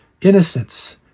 innocence